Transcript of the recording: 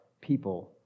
people